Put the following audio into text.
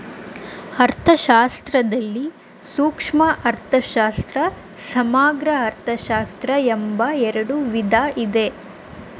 ಅರ್ಥಶಾಸ್ತ್ರದಲ್ಲಿ ಸೂಕ್ಷ್ಮ ಅರ್ಥಶಾಸ್ತ್ರ, ಸಮಗ್ರ ಅರ್ಥಶಾಸ್ತ್ರ ಎಂಬ ಎರಡು ವಿಧ ಇದೆ